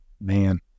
Man